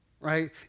right